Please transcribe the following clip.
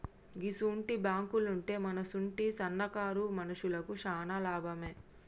గిసుంటి బాంకులుంటే మనసుంటి సన్నకారు మనుషులకు శాన లాభమే